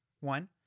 one